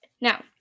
now